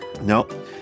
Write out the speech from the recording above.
No